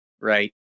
right